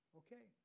okay